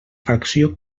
fracció